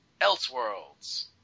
Elseworlds